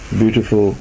beautiful